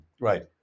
Right